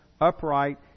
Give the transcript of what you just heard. upright